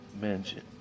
mansion